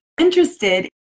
interested